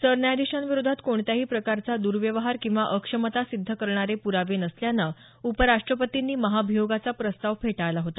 sir न्यायाधीशांविरोधात कोणत्याही प्रकारचा दर्व्यवहार किंवा अक्षमता सिद्ध करणारे प्रावे नसल्यानं उपराष्टपतींनी महाभियोगाचा प्रस्ताव फेटाळला होता